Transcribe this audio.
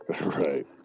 Right